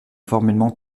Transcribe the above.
formellement